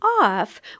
off